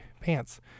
pants